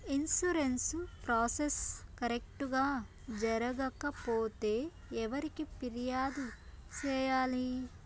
insurance process correct గా జరగకపోతే ఎవరికి ఫిర్యాదు సేయాలి